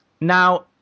Now